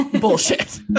bullshit